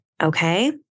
okay